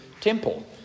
temple